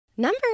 Number